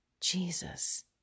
Jesus